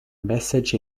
message